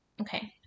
okay